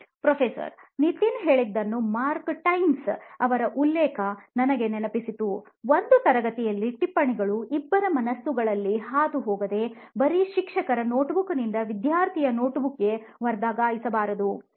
professor Nitin ಹೇಳಿದ್ದನ್ನು Mark Twain ಅವರ ಉಲ್ಲೇಖ ನನಗೆ ನೆನಪಿಸಿತು "ಒಂದು ತರಗತಿಯಲ್ಲಿ ಟಿಪ್ಪಣಿಗಳು ಇಬ್ಬರ ಮನಸ್ಸಿಗಳಲ್ಲಿ ಹಾದುಹೋಗದೆ ಬರಿ ಶಿಕ್ಷಕರ ನೋಟ್ಬುಕ್ನಿಂದ ವಿದ್ಯಾರ್ಥಿಯ ನೋಟ್ಬುಕ್ಗೆ ವರ್ಗಾಯಿಸಬಾರದು"